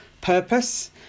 purpose